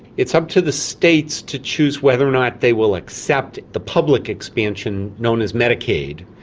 it's up to the states to choose whether or not they will accept the public expansion known as medicaid.